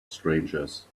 strangers